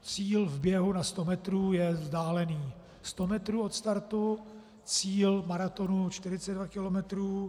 Cíl v běhu na 100 metrů je vzdálený 100 metrů od startu, cíl maratonu 42 kilometrů.